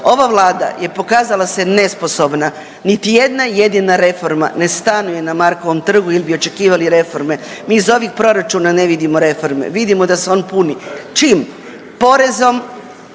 Ova Vlada je se pokazala nesposobna, niti jedna jedina reforma ne stanuje na Markovom trgu jer bi očekivali reforme, mi iz ovih proračuna ne vidimo reforme. Vidimo da se on puni. Čim? Porezom